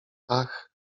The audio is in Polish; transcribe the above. ach